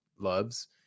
loves